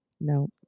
No